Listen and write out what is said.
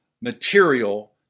material